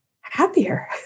happier